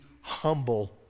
humble